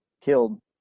killed